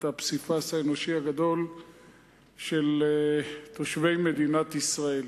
הפסיפס האנושי הגדול של תושבי מדינת ישראל.